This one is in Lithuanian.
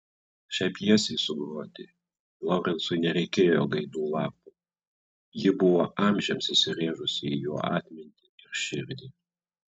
šiai pjesei sugroti lorencui nereikėjo gaidų lapo ji buvo amžiams įsirėžusi į jo atmintį ir širdį